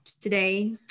today